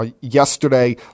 yesterday